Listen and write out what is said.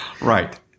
right